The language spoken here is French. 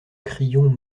crillon